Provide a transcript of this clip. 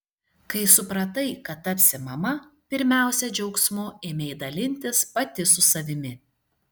kai supratai kad tapsi mama pirmiausia džiaugsmu ėmei dalintis pati su savimi